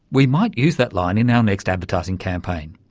we might use that line in our next advertising campaign.